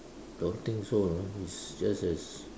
don't think so know it's just as